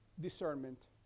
discernment